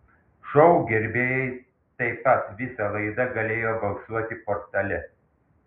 šou gerbėjai taip pat visą laidą galėjo balsuoti portale